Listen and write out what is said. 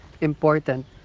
important